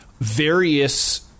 various